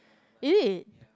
is it